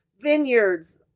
vineyards